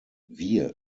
wir